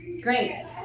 great